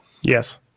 Yes